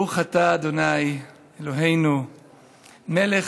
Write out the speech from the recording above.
ברוך אתה ה' אלוהינו מלך